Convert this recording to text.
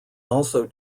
also